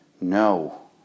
no